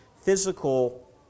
physical